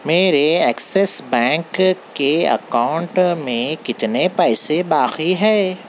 میرے Axis Bank کے account میں کتنے پیسے باقی ہے